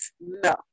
No